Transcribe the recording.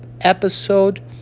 episode